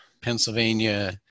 Pennsylvania